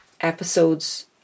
episodes